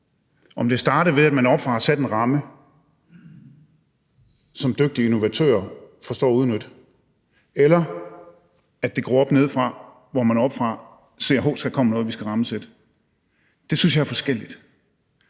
Om det starter, ved at man oppefra har sat en ramme, som dygtige innovatører forstår at udnytte, eller det gror op nedefra, hvor man oppefra ser, at hov, der kommer noget, vi skal rammesætte, synes jeg jo er forskelligt.